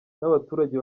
n’abaturage